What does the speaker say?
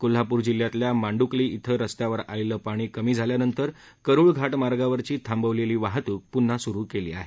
कोल्हापूर जिल्ह्यातल्यामांडुकली इथं रस्त्यावर आलेलं पाणी कमी झाल्यानंतर करूळ घा आर्गावरची थांबवलेलीवाहतुक पुन्हा सुरु केली आहे